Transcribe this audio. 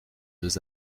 deux